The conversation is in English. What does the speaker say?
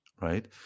right